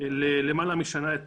ללמעלה משנה את